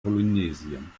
polynesien